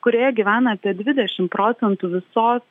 kurioje gyvena apie dvidešimt procentų visos